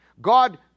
God